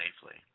safely